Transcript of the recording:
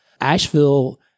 Asheville